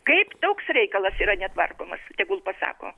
kaip toks reikalas yra netvarkomas tegul pasako